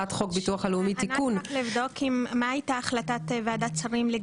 ענת מה היתה החלטת ועדת שרים?